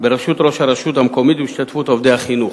בראשות ראש הרשות המקומית ובהשתתפות עובדי החינוך,